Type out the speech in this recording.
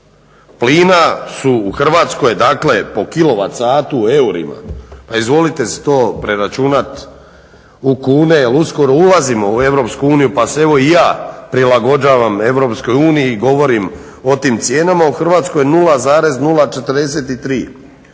plina su u Hrvatskoj dakle po kilovat satu u eurima pa izvolite si to preračunat u kune jer uskoro ulazimo u EU pa se evo i ja prilagođavam EU i govorim o tim cijenama u Hrvatskoj 0,043.